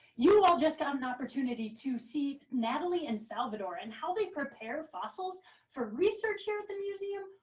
you all just got an opportunity to see natalie and salvador and how they prepare fossils for research here at the museum,